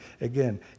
again